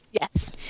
yes